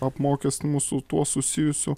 apmokestinimų su tuo susijusių